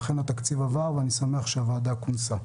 אכן, התקציב עבר ואני שמח שהוועדה כונסה.